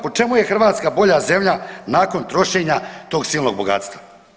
Po čemu je Hrvatska bolja zemlja nakon trošenja tog silnog bogatstva?